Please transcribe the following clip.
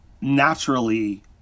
naturally